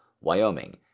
Wyoming